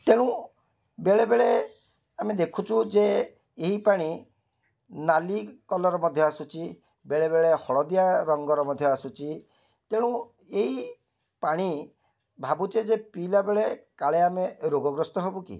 ତେଣୁ ବେଳେବେଳେ ଆମେ ଦେଖୁଛୁ ଯେ ଏହି ପାଣି ନାଲି କଲର୍ ମଧ୍ୟ ଆସୁଛି ବେଳେବେଳେ ହଳଦିଆ ରଙ୍ଗର ମଧ୍ୟ ଆସୁଛି ତେଣୁ ଏଇ ପାଣି ଭାବୁଛେ ଯେ ପିଇଲା ବେଳେ କାଳେ ଆମେ ରୋଗଗ୍ରସ୍ତ ହେବୁ କି